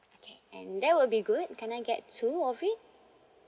okay and that will be good can I get two of it